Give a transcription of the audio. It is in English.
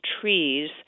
trees